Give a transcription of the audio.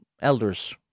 elders